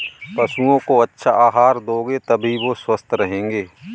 पशुओं को अच्छा आहार दोगे तभी वो स्वस्थ रहेंगे